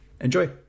Enjoy